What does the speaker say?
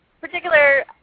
particular –